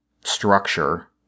structure